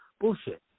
bullshit